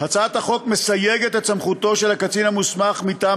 הצעת החוק מסייגת את סמכותו של הקצין המוסמך מטעם